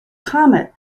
comet